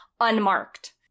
unmarked